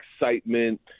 excitement